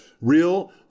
real